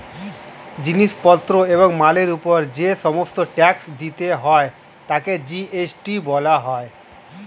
জিনিস পত্র এবং মালের উপর যে সমস্ত ট্যাক্স দিতে হয় তাকে জি.এস.টি বলা হয়